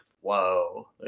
whoa